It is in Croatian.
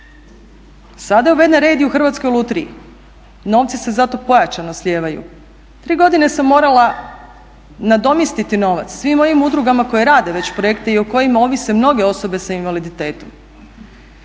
Sada je uveden red i u Hrvatskoj lutriji, novci se za to pojačano slijevaju. Tri godine sam morala nadomjestiti novac svim mojim udrugama koje rade već projekte i o kojima ovise mnoge osobe s invaliditetom.